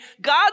God